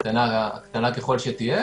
קטנה ככול שתהיה,